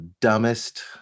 dumbest